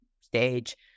stage